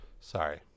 Sorry